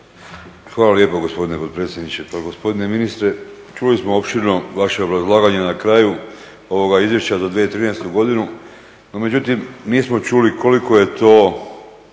Hvala lijepo gospodine potpredsjedniče. Pa gospodine ministre čuli smo opširno vaše obrazlaganje na kraju ovoga izvješća za 2013. godinu no međutim mi smo čuli koliko je to